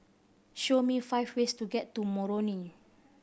show me five ways to get to Moroni